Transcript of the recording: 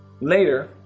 Later